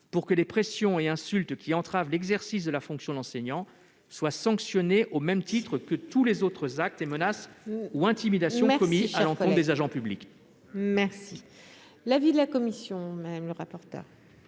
afin que les pressions et insultes qui entravent l'exercice de la fonction d'enseignant soient sanctionnées de la même manière que tous les autres actes de menaces ou d'intimidation commis à l'encontre des agents publics. Quel est l'avis de la commission ? L'article